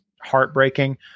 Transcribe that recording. heartbreaking